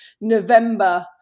November